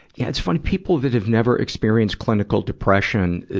yeah, it's funny, people that have never experienced clinical depression,